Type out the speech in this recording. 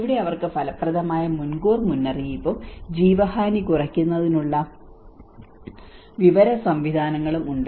ഇവിടെ അവർക്ക് ഫലപ്രദമായ മുൻകൂർ മുന്നറിയിപ്പും ജീവഹാനി കുറയ്ക്കുന്നതിനുള്ള വിവര സംവിധാനങ്ങളും ഉണ്ട്